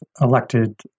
elected